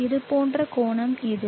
இது போன்ற கோணம் இது